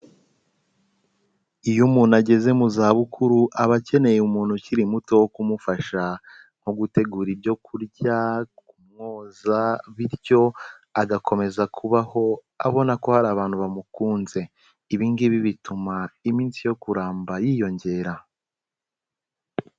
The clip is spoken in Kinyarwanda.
Iyo umuntu ageze mu zabukuru aba akeneye umuntu ukiri muto wo kumufasha nko gutegura ibyo kurya, kumwoza, bityo agakomeza kubaho abona ko hari abantu bamukunze, ibi ngibi bituma iminsi yo kuramba yiyongera.